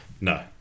No